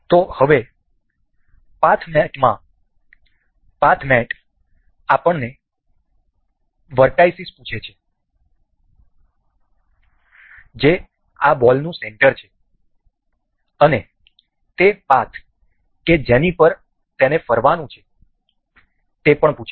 તેથી હવે પાથ મેટમાં પાથ મેટ આપણને શિરોબિંદુ પૂછે છે જે આ બોલનું સેન્ટર છે અને તે પાથ કે જેની પર તેને ફરવાનું છે